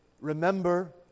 Remember